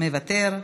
מוותר.